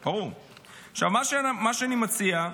זו דירה שנייה בעצם.